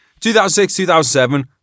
2006-2007